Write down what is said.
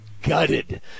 gutted